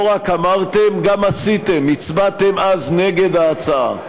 לא רק אמרתם, גם עשיתם: הצבעתם אז נגד ההצעה.